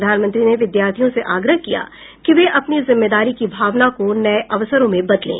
प्रधानमंत्री ने विद्यार्थियों से आग्रह किया कि वे अपनी जिम्मेदारी की भावना को नये अवसरों में बदलें